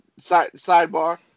sidebar